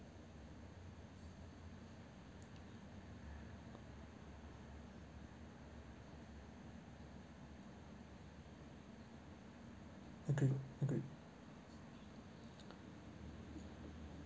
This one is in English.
agree agree